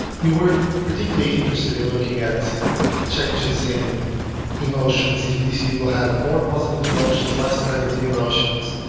we were particularly interested in looking at changes in emotions. if these people had more positive emotions, less negative emotions.